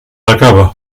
acaba